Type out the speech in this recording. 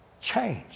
Change